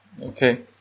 Okay